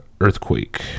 earthquake